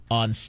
on